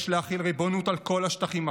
יש להחיל ריבונות על כל השטחים הפתוחים,